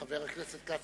חבר הכנסת כץ,